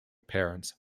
parents